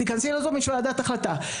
תיכנסי לזום, יש ועדת החלטה.